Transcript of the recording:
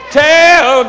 tell